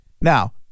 Now